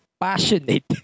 passionate